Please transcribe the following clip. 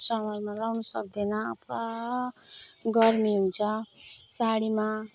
समरमा लगाउन सक्दैन पुरा गर्मी हुन्छ साडीमा